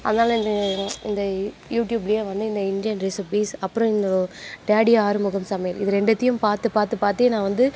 அதனால இந்த யூடியூப்லேயே வந்து இந்த இந்தியன் ரெசிப்பிஸ் அப்புறம் இந்த டேடி ஆறுமுகம் சமையல் இது ரெண்டுத்தையும் பார்த்துப் பார்த்துப் பார்த்தே நான் வந்து